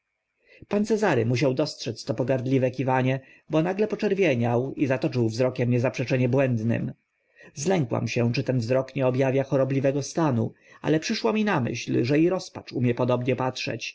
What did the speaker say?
pan cezary musiał dostrzec to pogardliwe kiwanie bo nagle poczerwieniał i zatoczył wzrokiem niezaprzeczenie błędnym zlękłam się czy ten wzrok nie ob awia chorobliwego stanu ale przyszło mi na myśl że i rozpacz umie podobnie patrzeć